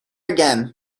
again